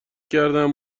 کردم